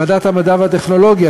ועדת המדע והטכנולוגיה,